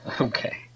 Okay